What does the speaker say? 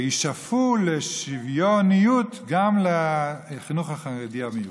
וישאפו לשוויוניות גם לחינוך החרדי המיוחד.